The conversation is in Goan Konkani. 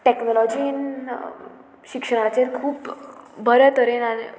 टॅक्नोलोजीन शिक्षणाचेर खूब बरे तरेन